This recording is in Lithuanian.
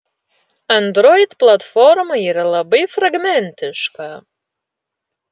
android platforma yra labai fragmentiška